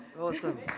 Awesome